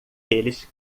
eles